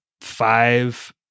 five